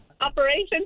Operation